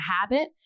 habit